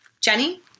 Jenny